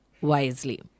wisely